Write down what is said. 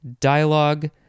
dialogue